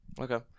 Okay